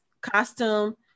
costume